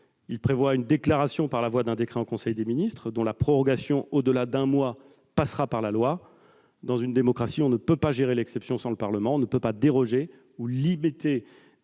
Il prévoit une déclaration par la voie d'un décret en conseil des ministres, dont la prorogation au-delà d'un mois devra être autorisée par la loi. Dans une démocratie, on ne peut pas gérer l'exception sans le Parlement ; on ne peut pas déroger aux libertés